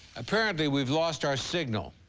apparently we've lost our signal.